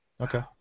okay